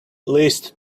least